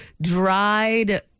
dried